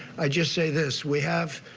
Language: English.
i just say this. we have